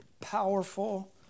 powerful